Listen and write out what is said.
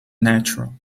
natural